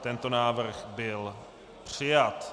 Tento návrh byl přijat.